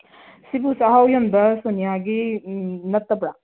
ꯁꯤꯕꯨ ꯆꯥꯛꯍꯥꯎ ꯌꯣꯟꯕ ꯁꯣꯅꯤꯌꯥꯒꯤ ꯅꯠꯇꯕ꯭ꯔꯥ